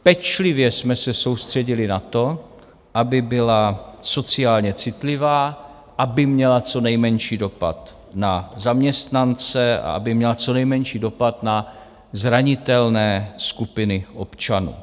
Pečlivě jsme se soustředili na to, aby byla sociálně citlivá, aby měla co nejmenší dopad na zaměstnance, aby měla co nejmenší dopad na zranitelné skupiny občanů.